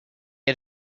had